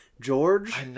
George